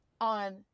on